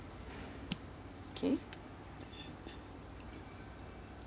okay